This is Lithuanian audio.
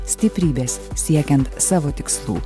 stiprybės siekiant savo tikslų